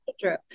true